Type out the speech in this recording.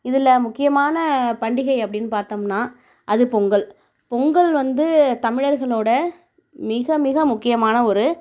இதில் முக்கியமான பண்டிகை அப்படின்னு பார்த்தம்னா அது பொங்கல் பொங்கல் வந்து தமிழர்களோட மிக மிக முக்கியமான ஒரு